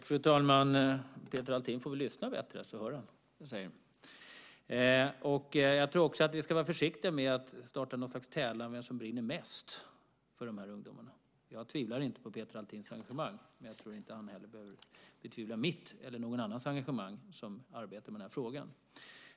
Fru talman! Peter Althin får väl lyssna bättre, så hör han vad jag säger. Jag tror att vi ska vara försiktiga med att starta något slags tävlan om vem som brinner mest för de här ungdomarna. Jag tvivlar inte på Peter Althins engagemang, men jag tror inte heller att han behöver betvivla mitt engagemang eller engagemanget från någon annan som arbetar med frågan.